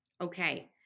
Okay